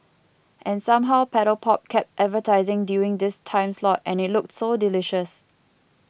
and somehow Paddle Pop kept advertising during this time slot and it looked so delicious